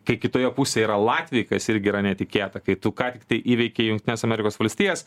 kai kitoje pusėje yra latviai kas irgi yra netikėta kai tu ką tik tai įveikė jungtines amerikos valstijas